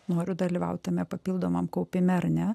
noriu dalyvaut tame papildomam kaupime ar ne